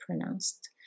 pronounced